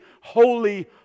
holy